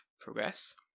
progress